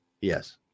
Yes